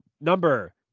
Number